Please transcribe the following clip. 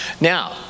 Now